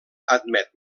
admet